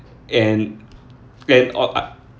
and and or uh